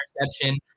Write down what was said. interception